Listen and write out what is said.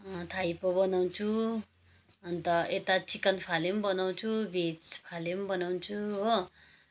थाइपो बनाउँछु अन्त यता चिकन फाले पनि बनाउँछु भेज फाले पनि बनाउँछु हो